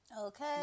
Okay